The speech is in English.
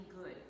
good